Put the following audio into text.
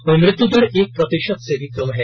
वहीं मृत्यु दर एक प्रतिशत से भी कम हो गई है